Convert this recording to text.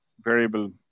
Variable